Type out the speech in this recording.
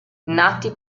nati